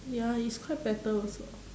ya it's quite better also